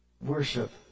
worship